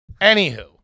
Anywho